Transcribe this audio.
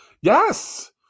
Yes